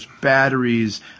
batteries